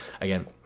Again